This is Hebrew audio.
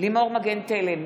לימור מגן תלם,